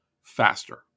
faster